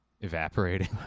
evaporating